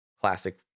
classic